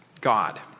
God